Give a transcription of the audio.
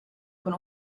con